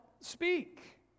speak